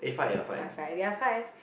we have five five ya five